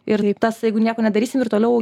ir tas jeigu nieko nedarysim ir toliau